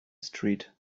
street